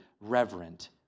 reverent